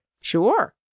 Sure